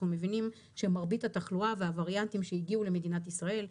מבינים שמרבית התחלואה והווריאנטים שהגיעו למדינת ישראל,